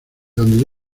donde